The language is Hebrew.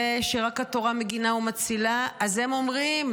ושרק התורה מגינה ומצילה, אז הם אומרים